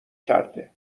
کرده